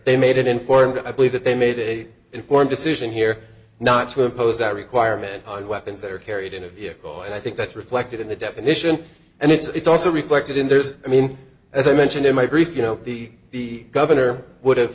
they made an informed i believe that they made a informed decision here not to impose that requirement on weapons that are carried in a vehicle and i think that's reflected in the definition and it's also reflected in this i mean as i mentioned in my brief you know the the governor would have